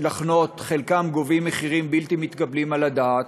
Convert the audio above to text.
חלקם גובים מחירים בלתי מתקבלים על הדעת,